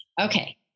Okay